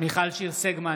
מיכל שיר סגמן,